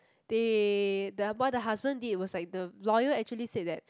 they the what the husband did was like the lawyer actually said that